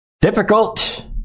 Difficult